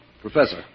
Professor